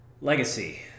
legacy